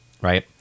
right